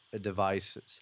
devices